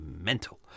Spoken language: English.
mental